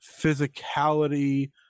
physicality